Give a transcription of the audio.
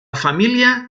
família